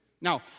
Now